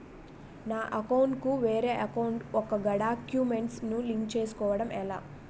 నా అకౌంట్ కు వేరే అకౌంట్ ఒక గడాక్యుమెంట్స్ ను లింక్ చేయడం ఎలా?